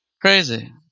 crazy